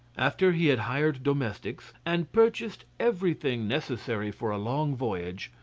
after he had hired domestics, and purchased everything necessary for a long voyage,